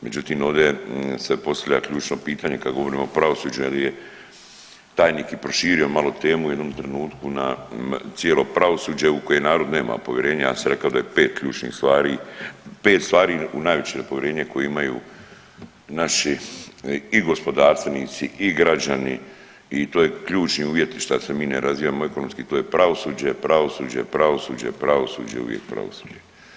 Međutim, ovdje se postavlja ključno pitanje kada govorimo o pravosuđu jer je tajnik i proširio malo temu u jednom trenutku na cijelo pravosuđe u koje narod nema povjerenja, ja bi sad rekao da je pet ključnih stvari, pet stvari u najveće nepovjerenje koje imaju naši i gospodarstvenici i građani i to je ključni uvjet šta se mi ne razvijamo ekonomski, to je pravosuđe, pravosuđe, pravosuđe, pravosuđe i uvijek pravosuđe.